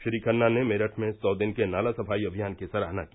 श्री खन्ना ने मेरठ में सौ दिन के नाला सफाई अभियान की सराहना की